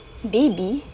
baby